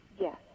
Yes